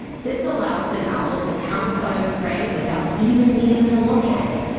this allows an owl to pounce on its prey without even needing to look at it!